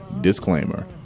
Disclaimer